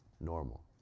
normal